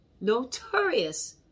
notorious